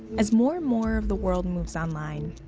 as more and more of the world and moves online,